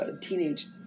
teenage